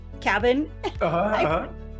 cabin